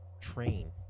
train